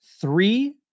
three